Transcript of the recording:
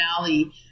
Valley